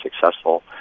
successful